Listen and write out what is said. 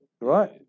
Right